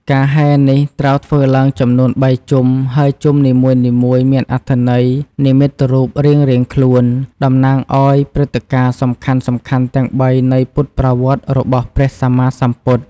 ការហែរនេះត្រូវធ្វើឡើងចំនួន ៣ ជុំ ហើយជុំនីមួយៗមានអត្ថន័យនិមិត្តរូបរៀងៗខ្លួន តំណាងឱ្យព្រឹត្តិការណ៍សំខាន់ៗទាំងបីនៃពុទ្ធប្រវត្តិរបស់ព្រះសម្មាសម្ពុទ្ធ។